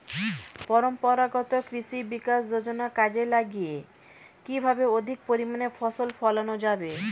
পরম্পরাগত কৃষি বিকাশ যোজনা কাজে লাগিয়ে কিভাবে অধিক পরিমাণে ফসল ফলানো যাবে?